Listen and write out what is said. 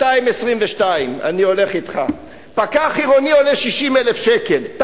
222,000. 222. אני הולך אתך.